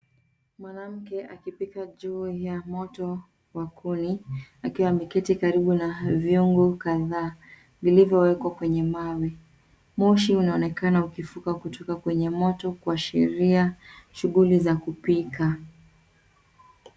Mwanamke akipika juu ya moto wa kuni, akiwa ameketi karibu na vyungu kadhaa vilivyowekwa kwenye mawe. Moshi unaonekana ukifuka kutoka kwenye moto kuashiria shughuli za kupika.